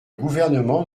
gouvernement